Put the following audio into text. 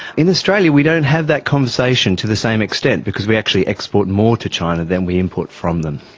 in australia we don't have that conversation to the same extent because we actually export more to china than we import from them.